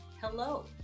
hello